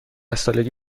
سالگی